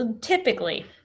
typically